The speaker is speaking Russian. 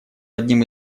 одним